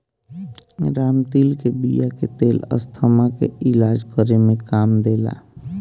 रामतिल के बिया के तेल अस्थमा के ठीक करे में काम देला